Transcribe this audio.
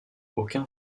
aucun